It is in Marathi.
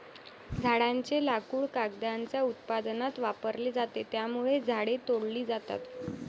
झाडांचे लाकूड कागदाच्या उत्पादनात वापरले जाते, त्यामुळे झाडे तोडली जातात